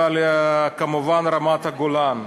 וכמובן על רמת-הגולן,